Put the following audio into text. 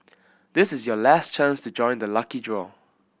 this is your last chance to join the lucky draw